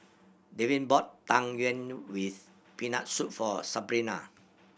Davin bought Tang Yuen with Peanut Soup for Sabrina